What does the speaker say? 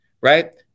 right